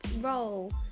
roll